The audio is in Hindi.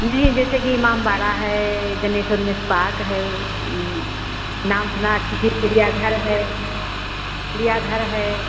नहीं जैसे कि इमामबाड़ा है जनेस्वर मिस्र पार्क है नाम सुना अच्छी अच्छी चिड़ियाघर है चिड़ियाघर है